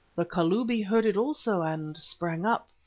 the kalubi heard it also and sprang up.